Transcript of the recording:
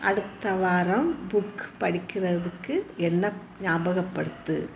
அடுத்த வாரம் புக் படிக்கிறதுக்கு என்னை ஞாபகப்படுத்து